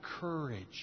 courage